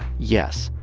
yes,